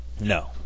No